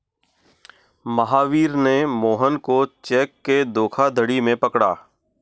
महावीर ने मोहन को चेक के धोखाधड़ी में पकड़ा